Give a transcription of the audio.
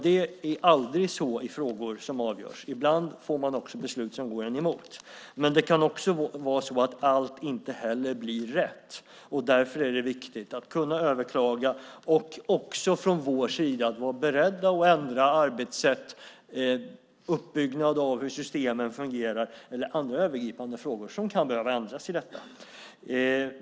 Det blir aldrig så i frågor som avgörs. Ibland blir det beslut som går en emot. Men det kan också vara så att allt inte heller blir rätt. Därför är det viktigt att kunna överklaga och att vi också från vår sida är beredda att ändra arbetssätt, uppbyggnad av hur systemen fungerar eller andra övergripande frågor som kan behöva ändras i detta.